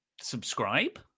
Subscribe